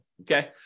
Okay